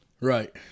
Right